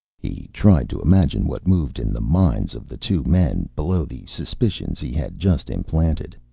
he tried to imagine what moved in the minds of the two men, below the suspicions he had just implanted.